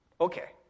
Okay